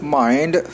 mind